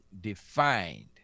defined